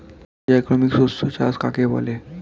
পর্যায়ক্রমিক শস্য চাষ কাকে বলে?